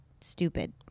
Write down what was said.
stupid